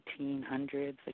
1800s